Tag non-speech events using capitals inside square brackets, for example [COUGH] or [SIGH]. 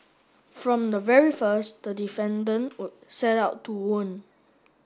from the very first the defendant [UNINTELLIGIBLE] set out to wound